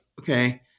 okay